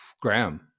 Graham